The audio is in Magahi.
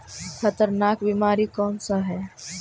खतरनाक बीमारी कौन सा है?